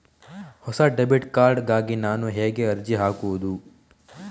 ಹೊಸ debit card ಗಾಗಿ ನಾನು ಹೇಗೆ ಅರ್ಜಿ ಹಾಕುದು?